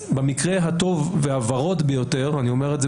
במקרה הטוב והוורוד ביותר אני אומר את זה